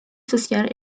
social